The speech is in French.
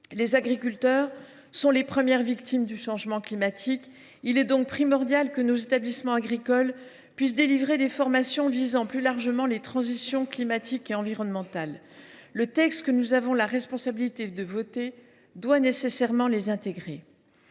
Les agriculteurs sont les premières victimes du changement climatique ; il est donc primordial que nos établissements agricoles puissent organiser des formations visant plus largement les transitions climatique et environnementale. Le texte que nous avons la responsabilité de voter doit nécessairement les intégrer.